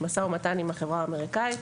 משא ומתן עם החברה האמריקאית.